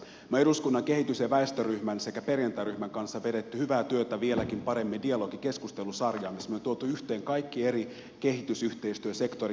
me olemme eduskunnan väestö ja kehitysryhmän sekä perjantai ryhmän kanssa vetäneet hyvää työtä vieläkin paremmin dialogikeskustelusarjaa missä me olemme tuoneet yhteen kaikkia eri kehitysyhteistyösektorin toimijoita